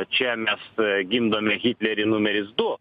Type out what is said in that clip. čia mes gimdome hitlerį numeris du